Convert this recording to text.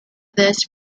this